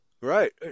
Right